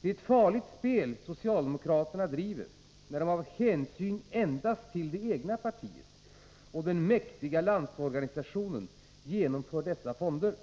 Det är ett farligt spel socialdemokraterna driver när de av hänsyn endast till det egna partiet och till den mäktiga Landsorganisationen genomför dessa fonder.